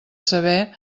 saber